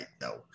no